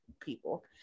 people